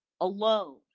alone